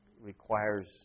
requires